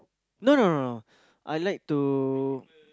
no no no no I like to